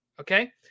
okay